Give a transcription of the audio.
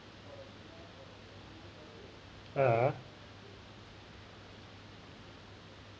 (uh huh)